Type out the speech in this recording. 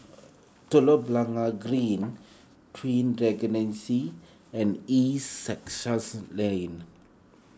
Telok Blangah Green Twin Regency and East Sussex Lane